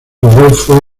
rodolfo